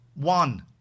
one